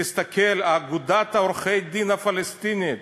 תסתכל, אגודת עורכי-הדין הפלסטינית